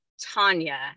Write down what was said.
Tanya